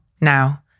now